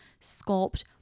sculpt